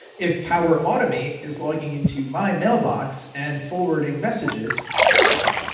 if power automate is logging into my mailbox and forwarding messages, stop it.